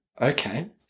Okay